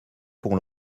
pont